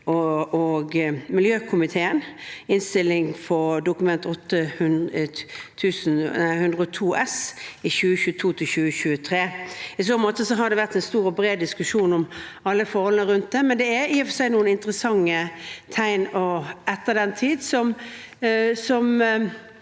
og miljøkomiteen til Dokument 8:102 S for 2022–2023. I så måte har det vært en stor og bred diskusjon om alle forholdene rundt det, men det er i og for seg noen interessante tegn etter den tid som